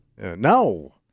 No